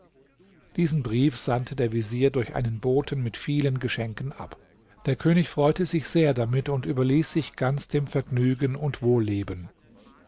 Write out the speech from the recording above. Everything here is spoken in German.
diesen brief sandte der vezier durch einen boten mit vielen geschenken ab der könig freute sich sehr damit und überließ sich ganz dem vergnügen und wohlleben